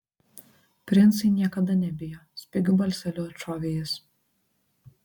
princai niekada nebijo spigiu balseliu atšovė jis